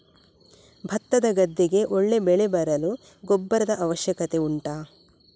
ಭತ್ತದ ಗದ್ದೆಗೆ ಒಳ್ಳೆ ಬೆಳೆ ಬರಲು ಗೊಬ್ಬರದ ಅವಶ್ಯಕತೆ ಉಂಟಾ